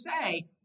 say